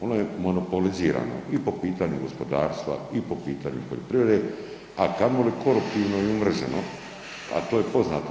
Ono je monopolizirano i po pitanju gospodarstva i po pitanju poljoprivrede, a kamoli koruptivno i umreženo, a to je poznato.